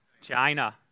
China